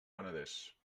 penedès